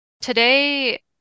Today